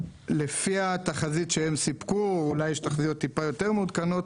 לפי התחזית שהם סיפקו אולי יש תחזיות טיפה יותר מעודכנות